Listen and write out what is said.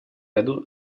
году